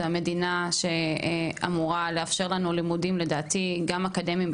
זה המדינה שאמורה לאפשר לנו לדעתי גם לימודים אקדמיים,